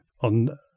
on